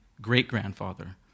great-grandfather